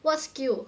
what skill